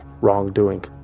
wrongdoing